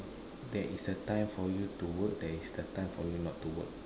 there is a time for you to work there is a time for you not to work